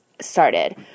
started